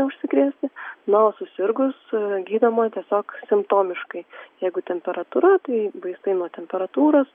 neužsikrėsti na o susirgus gydoma tiesiog simptomiškai jeigu temperatūra tai vaistai nuo temperatūros